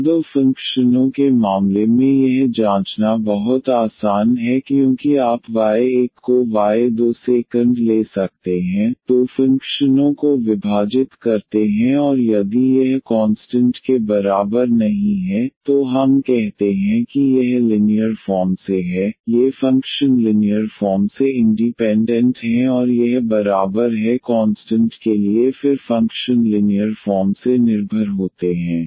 या दो फंक्शनों के मामले में यह जाँचना बहुत आसान है क्योंकि आप y1 को y2 से ले सकते हैं दो फंक्शनों को विभाजित करते हैं और यदि यह कॉन्सटंट के बराबर नहीं है तो हम कहते हैं कि यह लिनियर फॉर्म से है ये फंक्शन लिनीयर फॉर्म से इंडीपेंडेंट हैं और यह बराबर है कॉन्स्टंट के लिए फिर फंक्शन लिनीयर फॉर्म से निर्भर होते हैं